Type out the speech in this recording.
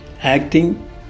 acting